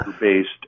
based